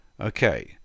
Okay